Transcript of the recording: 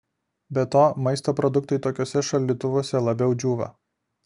be to maisto produktai tokiuose šaldytuvuose labiau džiūva